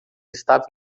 estava